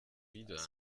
wieder